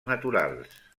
naturals